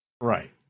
Right